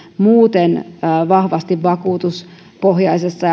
muuten vahvasti vakuutusperusteisessa